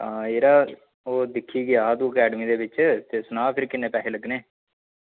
हां यरा ओह् दिक्खी गेआ तू अकैडमी दे बिच ते सना फिर किन्ने पैहे लग्गने